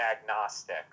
agnostic